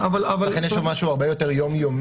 ולכן יש שם משהו הרבה יותר יום-יומי.